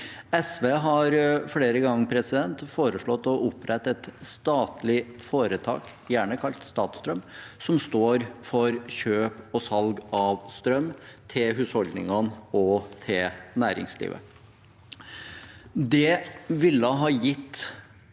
SV har flere ganger foreslått å opprette et statlig foretak, gjerne kalt Statstrøm, som står for kjøp og salg av strøm til husholdningene og til næringslivet.